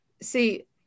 see